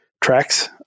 tracks